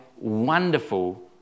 wonderful